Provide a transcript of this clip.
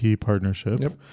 partnership